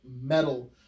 metal